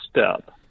step